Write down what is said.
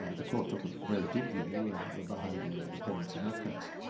ah the court took a very dim view of the behaviour of the parents in that case.